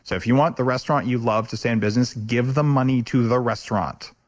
so if you want the restaurant you love to stay in business, give the money to the restaurant.